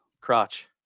crotch